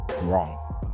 Wrong